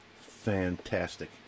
fantastic